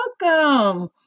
Welcome